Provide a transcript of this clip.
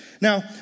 Now